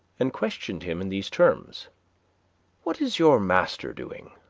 and questioned him in these terms what is your master doing?